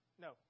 No